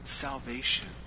salvation